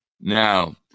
Now